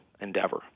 endeavor